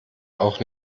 auch